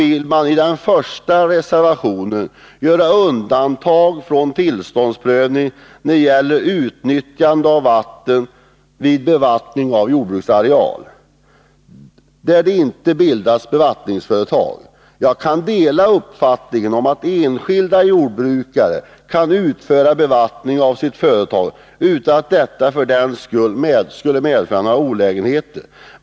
I den första reservationen vill man göra undantag från tillståndsprövning när det gäller utnyttjande av vatten vid bevattning av jordbruksareal där det inte bildats bevattningsföretag. Jag kan dela uppfattningen att enskilda jordbrukare kan utföra bevattning av sitt företag utan att detta för den skull medför några olägenheter.